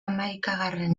hamaikagarren